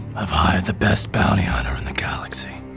i've hired the best bounty hunter in the galaxy.